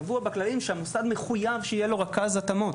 קבוע בכללים שהמוסד מחויב שיהיה לו רכז התאמות.